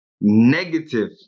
Negative